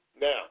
Now